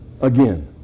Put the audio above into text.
again